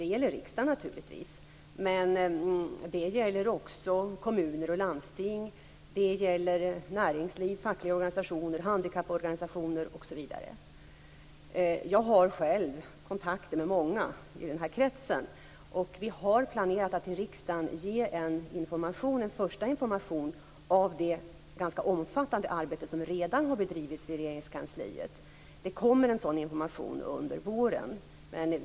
Det gäller naturligtvis riksdagen, men det gäller också kommuner och landsting, näringsliv, fackliga organisationer, handikapporganisationer osv. Jag har själv kontakter med många i den här kretsen. Vi har planerat att till riksdagen ge en första information om det ganska omfattande arbete som redan har bedrivits inom Regeringskansliet. Det kommer en sådan information under våren.